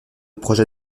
projet